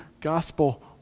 gospel